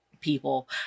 people